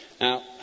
Now